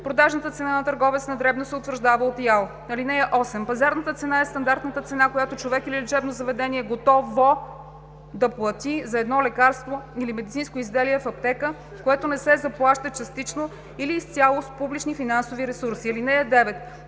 Продажната цена на търговец на дребно се утвърждава от ИАЛ. (8) Пазарна цена е стандартната цена, която човек или лечебно заведение е готов/о да плати за едно лекарство или медицинско изделие в аптека, което не се заплаща частично или изцяло с публични финансови ресурси. (9)